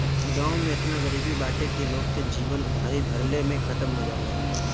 गांव में एतना गरीबी बाटे की लोग के जीवन उधारी भरले में खतम हो जाला